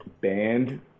band